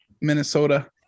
Minnesota